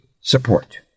support